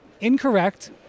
incorrect